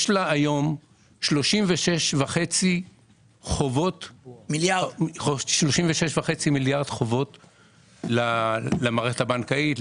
יש לה היום חובות של 36.5 מיליארד שקלים למערכת הבנקאית,